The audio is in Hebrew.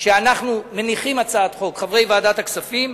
שאנחנו מניחים הצעת חוק, חברי ועדת הכספים,